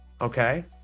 okay